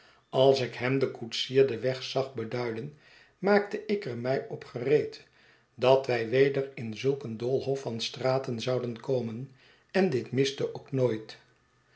als ik hem den koetsier den weg zag beduiden maakte ik er mij op gereed dat wij weder in zulk een doolhof van straten zouden komen en dit miste ook nooit